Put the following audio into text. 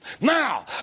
now